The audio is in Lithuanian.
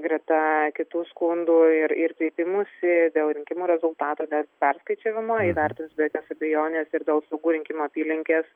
greta kitų skundų ir ir kreipimųsi dėl rinkimų rezultatų tęs perskaičiavimą įvertins be jokios abejonės ir saugų rinkimų apylinkės